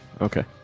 Okay